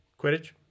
Quidditch